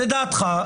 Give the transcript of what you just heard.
לדעתך.